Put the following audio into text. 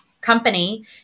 company